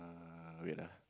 ah wait lah